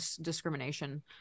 discrimination